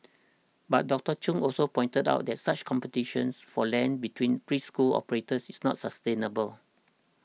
but Doctor Chung also pointed out that such competitions for land between preschool operators is not sustainable